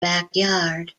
backyard